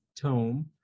tome